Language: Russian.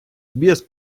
без